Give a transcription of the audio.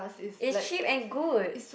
is cheap and good